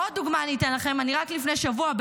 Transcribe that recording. עוד דוגמה אתן לכם: רק לפני שבוע,